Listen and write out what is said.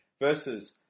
Verses